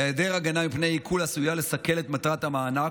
היעדר הגנה מפני עיקול עשוי לסכל את מטרת המענק,